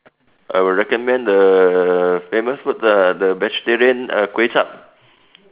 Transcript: I will recommend the famous food lah the vegetarian uh kway-zhap